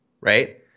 right